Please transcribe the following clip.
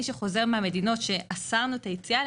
מי שחוזר מהמדינות שאסרנו את היציאה אליהן,